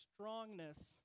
strongness